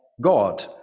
God